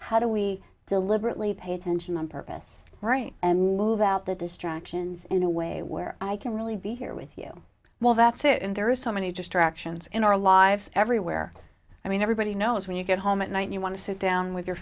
how do we deliberately pay attention on purpose and move out the distractions in a way where i can really be here with you well that's it and there are so many just directions in our lives everywhere i mean everybody knows when you get home at night you want to sit down with your